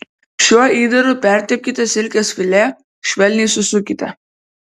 šiuo įdaru pertepkite silkės filė švelniai susukite